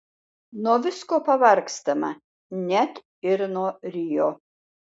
nuo visko pavargstama net ir nuo rio